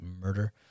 murder